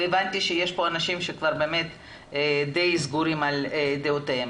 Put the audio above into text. והבנתי שיש פה אנשים שדי סגורים על דעותיהם.